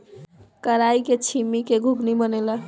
कराई के छीमी के घुघनी बनेला